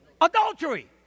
Adultery